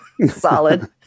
Solid